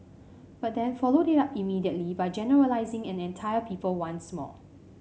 but then followed it up immediately by generalising an entire people once more